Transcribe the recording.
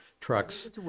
trucks